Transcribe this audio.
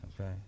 Okay